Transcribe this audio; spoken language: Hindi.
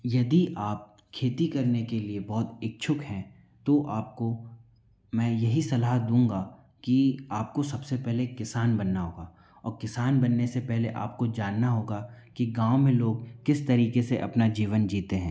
यदि आप खेती करने के लिए बहुत इक्षुक हैं तो आपको मैं यही सलाह दूँगा कि आपको सबसे पहले किसान बनना होगा और किसान बनने से पहले आपको जानना होगा कि गाँव में लोग किस तरीके से अपना जीवन जीते हैं